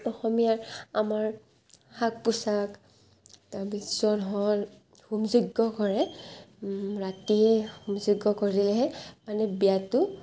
অসমীয়াৰ আমাৰ সাজ পোছাক তাৰপিছত হ'ল হোম যজ্ঞ কৰে ৰাতি যজ্ঞ কৰে মানে বিয়াটো